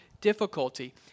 difficulty